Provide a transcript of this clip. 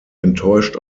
enttäuscht